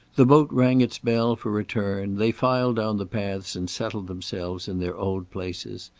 the boat rang its bell for return, they filed down the paths and settled themselves in their old places.